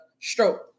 stroke